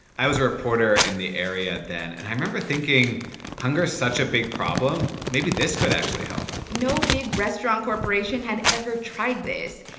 i was a reporter in the area then, and i remember thinking hunger is such a big problem, maybe this could actually help no big restaurant corporation had ever tried this.